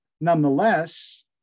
Nonetheless